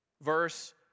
Verse